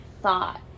thought